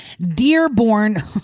Dearborn